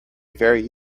very